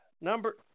Number